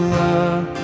love